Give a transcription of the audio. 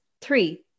three